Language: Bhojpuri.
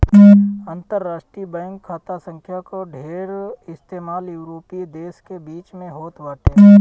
अंतरराष्ट्रीय बैंक खाता संख्या कअ ढेर इस्तेमाल यूरोपीय देस के बीच में होत बाटे